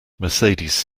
mercedes